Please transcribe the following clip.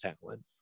talent